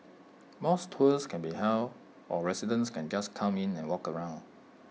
mosque tours can be held or residents can just come in and walk around